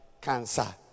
cancer